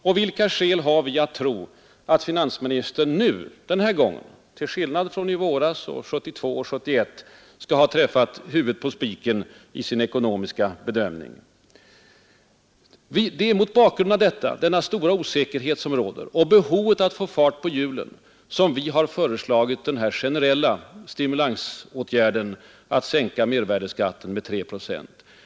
Och vilka skäl har vi att tro att finansministern den här gången, till skillnad från i våras och 1972 och 1971, skall ha träffat huvudet på spiken i sin ekonomiska bedömning? Det är mot bakgrunden av den stora osäkerhet som nu råder och av behovet av att få fart på hjulen som vi har föreslagit den generella stimulansåtgärden att sänka mervärdeskatten med 3 procentenheter.